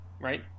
right